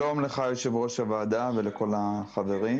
שלום לך, יושב-ראש הוועדה, ולכל החברים.